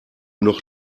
noch